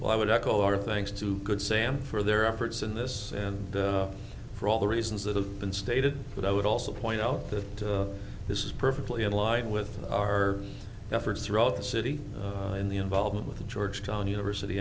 well i would echo our thanks to good sam for their efforts in this and for all the reasons that have been stated but i would also point out that this is perfectly in line with our efforts throughout the city in the involvement with the georgetown university